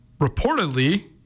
reportedly